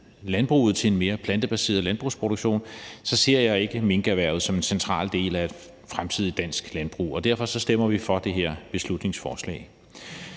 landbruget til en mere plantebaseret landbrugsproduktion, ser jeg ikke minkerhvervet som en central del af et fremtidigt dansk landbrug, og derfor stemmer vi for det her beslutningsforslag.